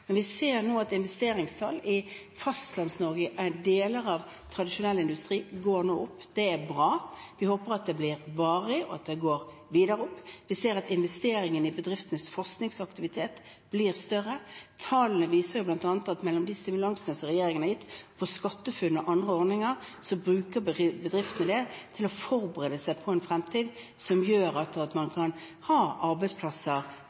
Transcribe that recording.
nå går opp. Det er bra. Vi håper at det blir varig, og at det går videre opp. Vi ser at investeringene i bedriftenes forskningsaktivitet blir større. Tallene viser bl.a. at de stimulansene som regjeringen har gitt – gjennom SkatteFUNN og andre ordninger – brukes av bedriftene til å forberede seg på en fremtid som gjør at man kan ha arbeidsplasser